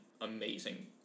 amazing